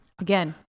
again